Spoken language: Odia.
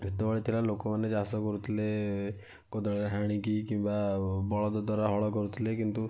ଯେତେବେଳ ଥିଲା ଲୋକମାନେ ଚାଷ କରୁଥିଲେ କୋଦାଳରେ ହାଣିକି କିମ୍ବା ବଳଦ ଦ୍ୱାରା ହଳ କରୁଥିଲେ କିନ୍ତୁ